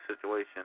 situation